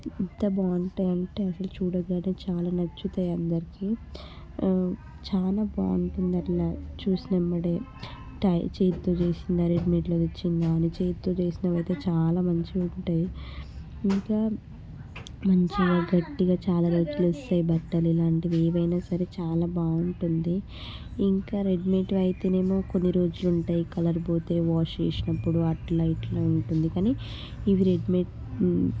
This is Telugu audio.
ఎంత బాగుంటాయి అంటే అవి చూడగానే చాలా నచ్చుతాయి అందరికి చాలా బాగుంటుంది అట్లా చూసిన వెంబడే టై చేతితో చేసిందా రెడీమేడ్లో వచ్చిందా చేతితో చేసినవి అయితే చాలా మంచిగా ఉంటాయి ఇంకా మంచిగా గట్టిగా చాలా రోజులు వస్తాయి బట్టలు ఇలాంటివి ఏవైనా సరే చాలా బాగుంటుంది ఇంకా రెడీమేడ్వి అయితేనేమో కొన్ని రోజులు ఉంటాయి కలర్ పోతాయి వాష్ చేసినప్పుడు అట్లా ఇట్లా ఉంటుంది కానీ ఇవి రెడీమేడ్